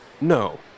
No